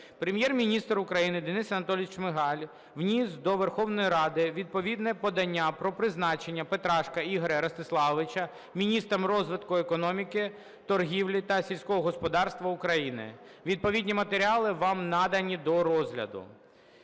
Прем'єр-міністр України Денис Анатолійович Шмигаль вніс до Верховної Ради відповідне подання про призначення Петрашка Ігоря Ростиславовича міністром розвитку економіки, торгівлі та сільського господарства України. Відповідні матеріали вам надані до розгляду.